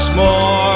more